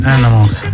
Animals